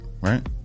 Right